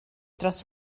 dros